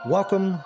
Welcome